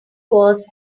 was